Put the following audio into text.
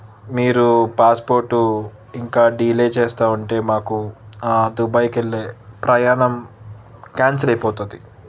మీరు పాస్పోర్టు ఇంకా డీలే చేస్తూ ఉంటే మాకు దుబాయ్కు వెళ్ళే ప్రయాణం క్యాన్సిల్ అయిపోతుంది